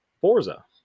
Forza